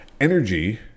energy